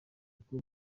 uko